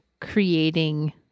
creating